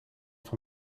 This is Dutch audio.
van